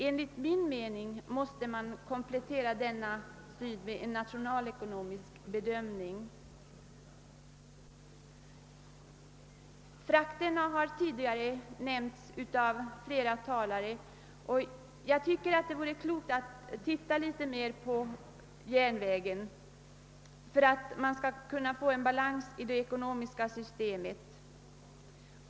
Enligt min mening måste man komplettera denna syn med en nationalekonomisk bedömning. Frakterna har tidigare nämnts av flera talare, och jag tycker det vore klokt att i detta sammanhang se litet närmare på järnvägens betydelse för att kunna få balans i det ekonomiska systemet.